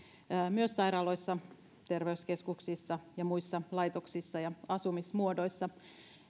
myös sairaaloissa terveyskeskuksissa ja muissa laitoksissa ja asumismuodoissa